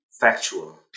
factual